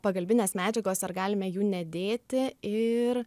pagalbinės medžiagos ar galime jų nedėti ir